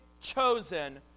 chosen